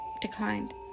Declined